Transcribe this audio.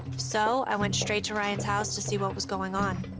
so i went straight to ryan's house to see what was going on.